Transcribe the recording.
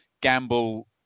gamble